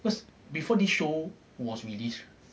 before this show was released